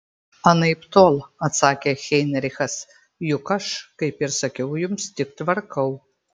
anaiptol atsakė heinrichas juk aš kaip ir sakiau jums tik tvarkau